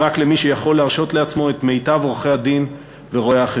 רק למי שיכול להרשות לעצמו את מיטב עורכי-הדין ורואי-החשבון.